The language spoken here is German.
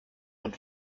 und